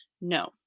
No